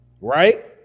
right